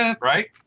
Right